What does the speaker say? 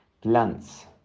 plants